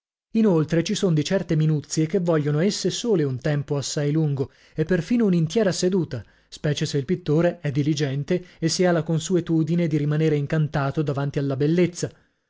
inoltre ci sono di certe minuzie che vogliono esse sole un tempo assai lungo e perfino un'intiera seduta specie se il pittore è diligente e se ha la consuetudine di rimanere incantato davanti alla bellezza